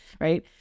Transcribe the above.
right